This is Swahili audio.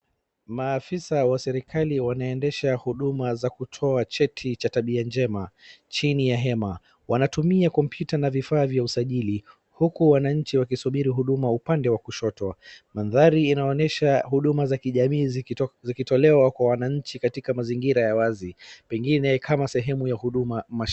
Maafisa wa serikali wanaendesha huduma za kutoa cheti cha tabia njema chini ya hema. Wanatumia kompyuta na vifaa vya usajili, huku wananchi wakisubiri huduma upande wa kushoto. Mandhari yanaonyesha huduma za kijamii zikitolewa kwa wananchi katika mazingira ya wazi, pengine kama sehemu ya huduma.